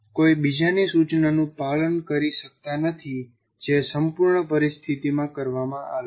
તમે કોઈ બીજાની સૂચનાનું પાલન કરી શકતા નથી જે સંપૂર્ણ પરિસ્થિતિમાં કરવામાં આવે છે